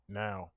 now